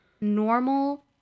normal